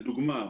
לדוגמה,